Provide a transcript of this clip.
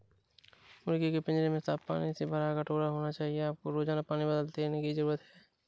मुर्गी के पिंजरे में साफ पानी से भरा कटोरा होना चाहिए आपको रोजाना पानी बदलने की जरूरत है